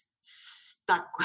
stuck